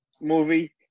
movie